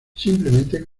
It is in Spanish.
simplemente